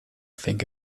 think